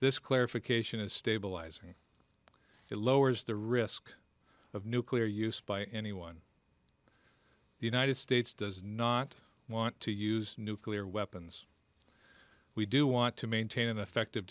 this clarification is stabilizing it lowers the risk of nuclear use by anyone the united states does not want to use nuclear weapons we do want to maintain an effective